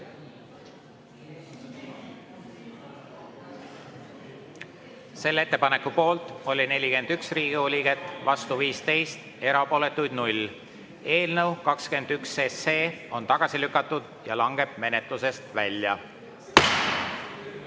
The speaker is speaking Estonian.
Ettepaneku poolt oli 44 Riigikogu liiget, vastu 15, erapooletuid 0. Eelnõu 74 on tagasi lükatud ja langeb menetlusest välja.